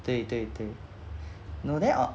对对对 you know there are